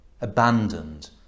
abandoned